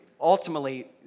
ultimately